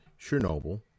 Chernobyl